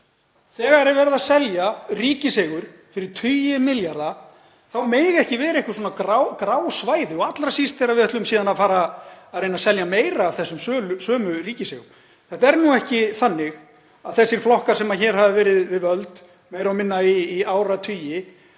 Þegar er verið að selja ríkiseigur fyrir tugi milljarða þá mega ekki vera einhver grá svæði og allra síst þegar við ætlum síðan að fara að reyna að selja meira af þessum sömu ríkiseigum. Þetta er ekki þannig að ferill þeirra flokka sem hér hafa verið við völd meira og minna í áratugi